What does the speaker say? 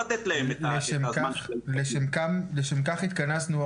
לשם כך התכנסנו.